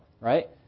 right